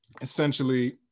essentially